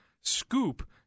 SCOOP